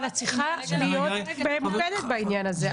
אבל את צריכה להיות ממוקדת בעניין הזה.